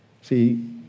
See